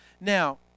Now